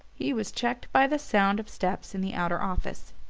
he was checked by the sound of steps in the outer office,